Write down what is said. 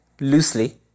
loosely